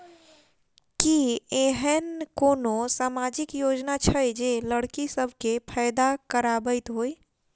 की एहेन कोनो सामाजिक योजना छै जे लड़की सब केँ फैदा कराबैत होइ?